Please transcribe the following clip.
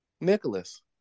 Nicholas